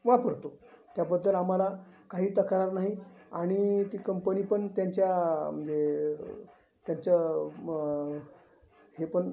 वापरतो त्याबद्दल आम्हाला काही तक्रार नाही आणि ती कंपनी पण त्यांच्या म्हणजे त्यांचं हे पण